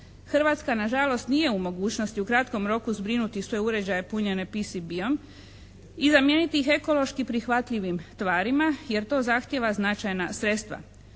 Hrvatska nažalost nije u mogućnosti u kratkom roku zbrinuti svoje uređaje punjene PCB-em i zamijeniti ih ekološki prihvatljivim tvarima jer to zahtjeva značajna sredstva.